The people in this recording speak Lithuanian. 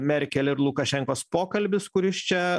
merkel ir lukašenkos pokalbis kuris čia